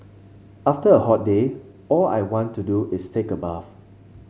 after a hot day all I want to do is take a bath